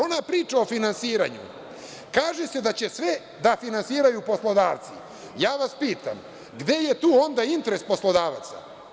Ona priča o finansiranju, kaže se da će sve da finansiraju poslodavci, pa pitam – gde je tu onda interes poslodavca?